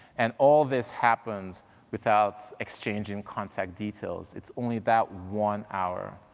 and all this happens without exchanging contact details. it's only that one hour,